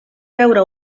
veure